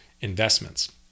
investments